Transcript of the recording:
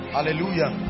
Hallelujah